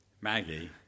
Maggie